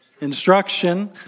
instruction